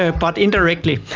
ah but indirectly.